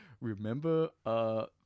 Remember